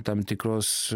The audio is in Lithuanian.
tam tikros